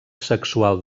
sexual